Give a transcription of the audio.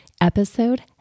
episode